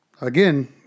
again